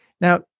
Now